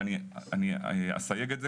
ואני אסייג את זה,